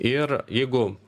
ir jeigu